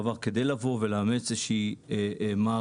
כדי לבוא ולאמץ מערכת,